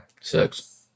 Six